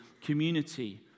community